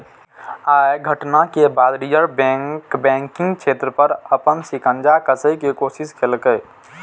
अय घटना के बाद रिजर्व बैंक बैंकिंग क्षेत्र पर अपन शिकंजा कसै के कोशिश केलकै